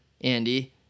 Andy